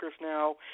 now